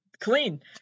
clean